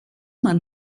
man